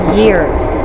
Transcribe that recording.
years